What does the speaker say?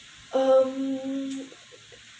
um